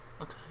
Okay